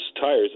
tires